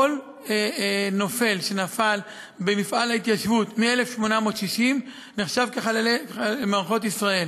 כל נופל שנפל במפעל ההתיישבות מ-1860 נחשב כחלל מערכות ישראל.